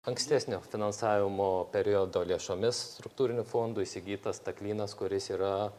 ankstesnio finansavimo periodo lėšomis struktūrinių fondų įsigytas staklynas kuris yra